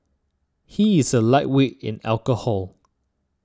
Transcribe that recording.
he is a lightweight in alcohol